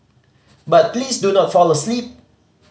but please do not fall asleep